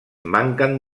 manquen